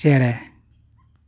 ᱪᱮᱬᱮ